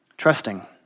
Trusting